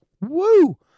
Woo